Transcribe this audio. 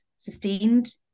sustained